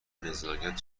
نزاکت